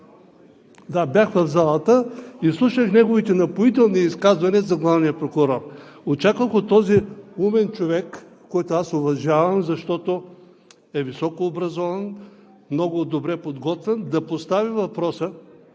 Да, бях в залата и слушах неговите напоителни изказвания за главния прокурор. Очаквах от този умен човек, който аз уважавам, защото е високообразован, много добре подготвен, да постави въпроса